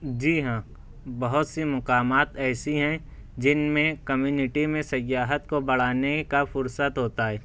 جی ہاں بہت سی مقامات ایسی ہیں جن میں کمیونیٹی میں سیاحت کو بڑھانے کا فرصت ہوتا ہے